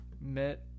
met